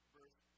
Verse